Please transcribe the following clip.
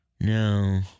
No